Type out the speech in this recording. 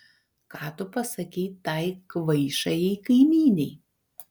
ką tu pasakei tai kvaišajai kaimynei